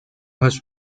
has